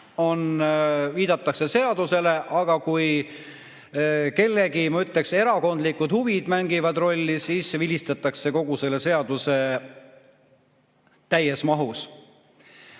viidatakse seadusele, aga kui kellegi, ma ütleks, erakondlikud huvid mängivad rolli, siis vilistatakse kogu seadusele täies mahus.